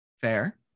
Fair